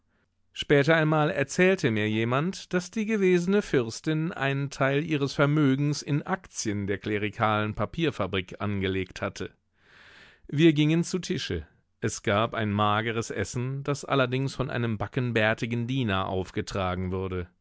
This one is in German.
später einmal erzählte mir jemand daß die gewesene fürstin einen teil ihres vermögens in aktien der klerikalen papierfabrik angelegt hatte wir gingen zu tische es gab ein mageres essen das allerdings von einem backenbärtigen diener aufgetragen wurde